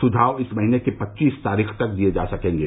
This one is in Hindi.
सुझाव इस महीने की पच्चीस तारीख तक दिये जा सकेंगे